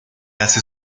hace